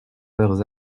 leurs